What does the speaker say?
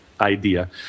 idea